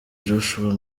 joshua